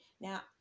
Now